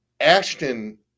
Ashton